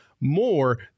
more